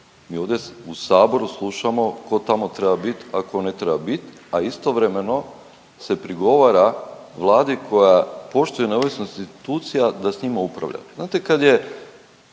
Mi ovdje u Saboru slušamo tko tamo treba biti, a tko ne treba biti, a istovremeno se prigovara Vladi koja poštuje neovisnost institucija da s njima upravlja.